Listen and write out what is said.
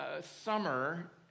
summer